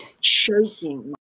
shaking